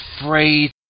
afraid